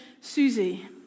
Susie